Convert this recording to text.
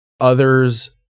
others